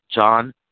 John